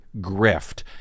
grift